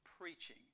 preaching